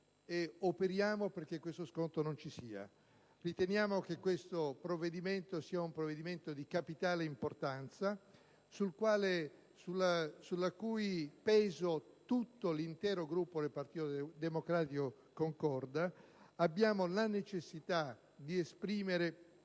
e operiamo perché questo scontro non ci sia. Riteniamo che tale provvedimento sia di capitale importanza, e su ciò l'intero Gruppo del Partito Democratico concorda. Abbiamo la necessità di esprimere,